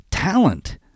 talent